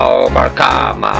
overcome